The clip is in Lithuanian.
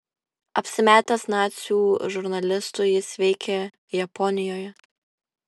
apsimetęs nacių žurnalistu jis veikė japonijoje